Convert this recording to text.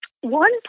One